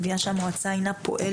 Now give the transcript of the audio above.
אני מבינה שהמועצה אינה פועלת,